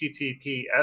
https